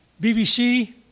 BBC